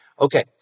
Okay